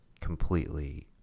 completely